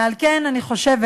ועל כן אני חושבת,